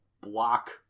block